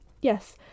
Yes